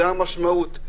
זו המשמעות.